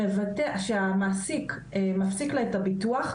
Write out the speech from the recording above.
כשהמעסיק מפסיק לה את הביטוח,